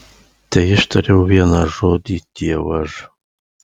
teištariau vieną žodį dievaž